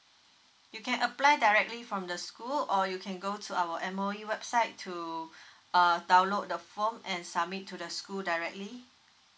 you can apply directly from the school or you can go to our M_O_E website to err download the form and submit to the school directly